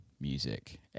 music